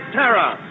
terror